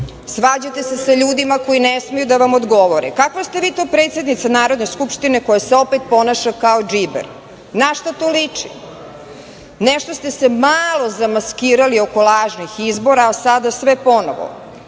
svađate se sa ljudima koji ne smeju da vam odgovore? Kakva ste vi to predsednica Narodne skupštine koja se opet ponaša kao džiber? Na šta to liči? Nešto ste se malo zamaskirali oko lažnih izbora, ali sada sve ponovo.Zašto